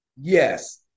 yes